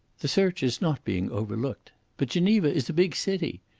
the search is not being overlooked. but geneva is a big city.